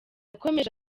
yakomeje